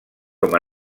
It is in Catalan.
com